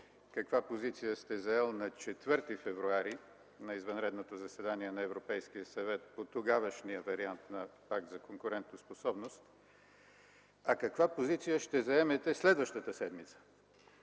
каква позиция сте заел на 4 февруари, на извънредното заседание на Европейския съвет по тогавашния вариант на Пакт за конкурентоспособност, а каква позиция ще заемете следващата седмица